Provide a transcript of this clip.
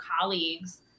colleagues